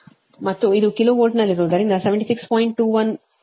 21 ಕೋನ 0 kilovolt ಆಗಿದೆ